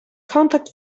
contact